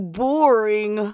boring